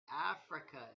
africa